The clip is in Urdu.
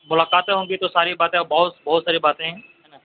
ملاقاتیں ہوں گی تو ساری باتیں بہت بہت ساری باتیں ہیں نا